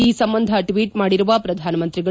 ಈ ಸಂಬಂಧ ಟ್ವೀಟ್ ಮಾಡಿರುವ ಶ್ರಧಾನಮಂತ್ರಿಗಳು